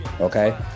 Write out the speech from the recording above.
okay